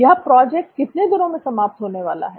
यह प्रोजेक्ट कितने दिनों में समाप्त होना है